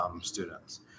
students